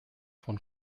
von